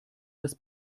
das